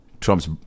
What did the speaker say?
Trump's